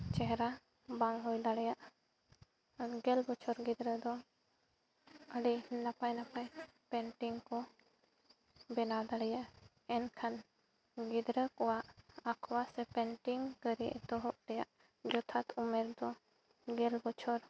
ᱪᱮᱦᱨᱟ ᱵᱟᱝ ᱦᱩᱭ ᱫᱟᱲᱮᱭᱟᱜᱼᱟ ᱟᱨ ᱜᱮᱞ ᱵᱚᱪᱷᱚᱨ ᱜᱤᱫᱽᱨᱟᱹ ᱫᱚ ᱟᱹᱰᱤ ᱱᱟᱯᱟᱭ ᱱᱟᱯᱟᱭ ᱯᱮᱱᱴᱤᱝ ᱠᱚ ᱵᱮᱱᱟᱣ ᱫᱟᱲᱮᱭᱟᱜᱼᱟ ᱮᱱᱠᱷᱟᱱ ᱜᱤᱫᱽᱨᱟᱹ ᱠᱚᱣᱟᱜ ᱟᱠᱟᱣ ᱥᱮ ᱯᱮᱱᱴᱤᱝ ᱠᱟᱹᱨᱤ ᱮᱛᱚᱦᱚᱵ ᱨᱮᱭᱟᱜ ᱡᱚᱛᱷᱟᱛ ᱩᱢᱮᱨ ᱫᱚ ᱜᱮᱞ ᱵᱚᱪᱷᱚᱨ